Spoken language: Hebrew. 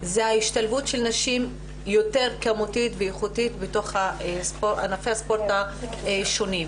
- זו ההשתלבות של נשים כמותית ואיכותית בתוך ענפי הספורט השונים.